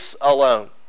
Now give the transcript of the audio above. alone